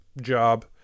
job